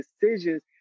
decisions